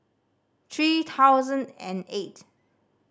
three thousand and eight